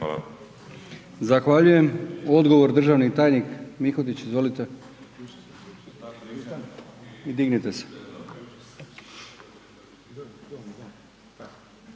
Hvala.